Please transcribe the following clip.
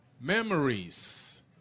Memories